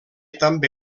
també